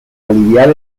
aliviar